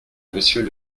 monsieur